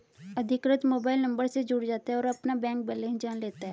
अधिकृत mobile number से जुड़ जाता है और अपना बैंक बेलेंस जान लेता है